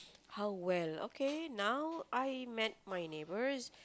how well okay now I met my neighbours